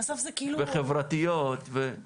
בסוף זה כאילו --- וחברתיות, כן,